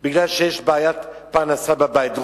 כי יש בעיית פרנסה בבית.